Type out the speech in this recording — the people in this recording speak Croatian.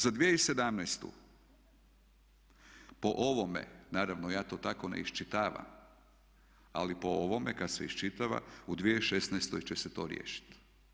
Za 2017. po ovome, naravno ja to tako ne iščitavam ali po ovome kad se iščitava u 2016. će se to riješiti.